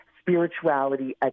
spirituality